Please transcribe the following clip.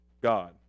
God